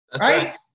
right